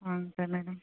సరే